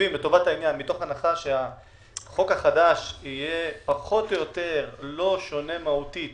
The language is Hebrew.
מתוך הנחה שהחוק החדש לא יהיה שונה מהותית